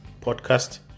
podcast